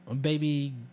baby